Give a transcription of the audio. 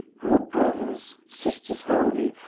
oh brothers! sisters holy!